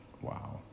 wow